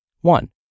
One